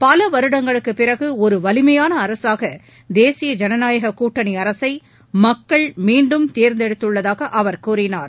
பல வருடங்களுக்கு பிறகு ஒரு வலிமையான அரசாக தேசிய ஐனநாயக கூட்டணி அரசை மக்கள் மீண்டும் தேர்ந்தெடுத்துள்ளதாக அவர் கூறினார்